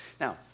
Now